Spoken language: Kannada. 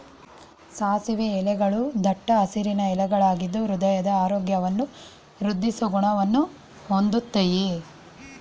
ಸಾಸಿವೆ ಎಲೆಗಳೂ ದಟ್ಟ ಹಸಿರಿನ ಎಲೆಗಳಾಗಿದ್ದು ಹೃದಯದ ಆರೋಗ್ಯವನ್ನು ವೃದ್ದಿಸೋ ಗುಣವನ್ನ ಹೊಂದಯ್ತೆ